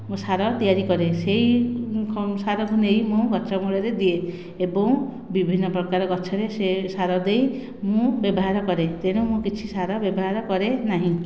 ମୁଁ ସାର ତିଆରି କରେ ସେହି ସାର କୁ ନେଇ ମୁଁ ଗଛ ମୂଳରେ ଦିଏ ଏବଂ ବିଭିନ୍ନ ପ୍ରକାର ଗଛ ରେ ସିଏ ସାର ଦେଇ ମୁଁ ବ୍ୟବହାର କରେ ତେଣୁ ମୁଁ କିଛି ସାର ବ୍ୟବହାର କରେନାହିଁ